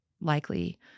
Likely